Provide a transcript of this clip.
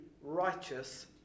righteous